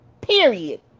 Period